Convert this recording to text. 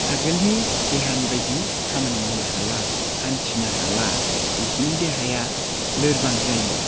आगोलनि देहानि बायदि खामानि मावनो हाला हान्थिनो हाला बिसोरनि देहाया लोरबां जायो